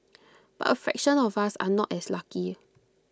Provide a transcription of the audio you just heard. but A fraction of us are not as lucky